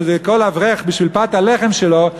של כל אברך בשביל פת הלחם שלו,